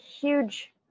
huge